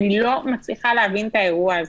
אני לא מצליחה להבין את האירוע הזה.